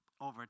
over